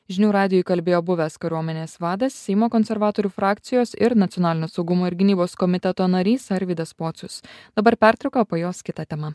žinių radijui kalbėjo buvęs kariuomenės vadas seimo konservatorių frakcijos ir nacionalinio saugumo ir gynybos komiteto narys arvydas pocius dabar pertrauka o po jos kita tema